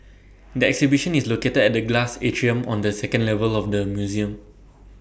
the exhibition is located at the glass atrium on the second level of the museum